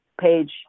page